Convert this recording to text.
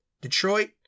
Detroit